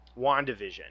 WandaVision